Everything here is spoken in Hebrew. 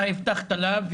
ואתה הבטחת לה.